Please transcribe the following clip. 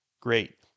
Great